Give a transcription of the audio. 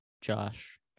Josh